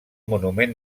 monument